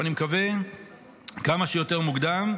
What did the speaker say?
ואני מקווה שכמה שיותר מוקדם,